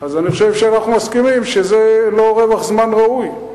אז אני חושב שאנחנו מסכימים שזה לא רווח זמן ראוי.